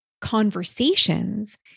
conversations